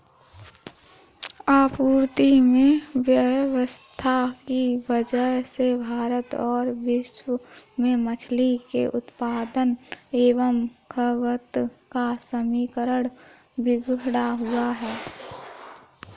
आपूर्ति में अव्यवस्था की वजह से भारत और विश्व में मछली के उत्पादन एवं खपत का समीकरण बिगड़ा हुआ है